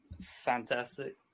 Fantastic